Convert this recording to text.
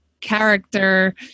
character